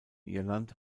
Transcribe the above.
irland